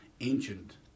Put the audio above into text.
ancient